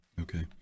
Okay